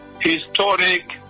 Historic